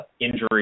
injury